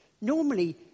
Normally